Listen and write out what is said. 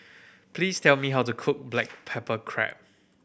please tell me how to cook black pepper crab